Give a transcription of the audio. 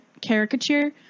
caricature